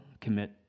commit